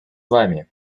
вами